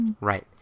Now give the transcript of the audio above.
Right